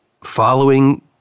following